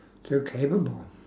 so capable